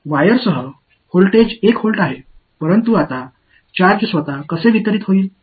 எனவே கம்பியுடன் மின்னழுத்தம் 1 வோல்ட் ஆகும் ஆனால் இப்போது சார்ஜ்கள் எவ்வாறு தங்களை விநியோகிக்கும்